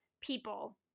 people